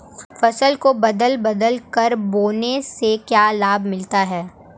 फसल को बदल बदल कर बोने से क्या लाभ मिलता है?